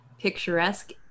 Picturesque